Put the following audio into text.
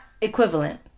equivalent